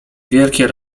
wielkie